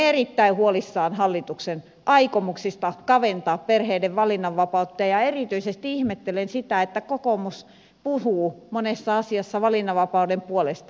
olemme erittäin huolissamme hallituksen aikomuksista kaventaa perheiden valinnanvapautta ja erityisesti ihmettelen sitä että kokoomus puhuu monessa asiassa valinnanvapauden puolesta